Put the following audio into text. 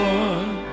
one